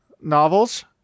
novels